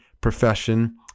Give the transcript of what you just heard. profession